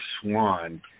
Swan